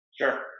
Sure